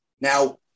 Now